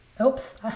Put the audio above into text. Oops